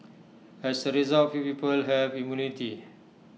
as A result few people have immunity